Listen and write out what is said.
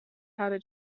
how